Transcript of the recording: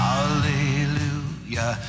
Hallelujah